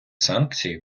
санкції